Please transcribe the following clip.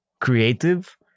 creative